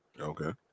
Okay